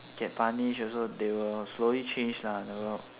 get punished also they will slowly change lah they will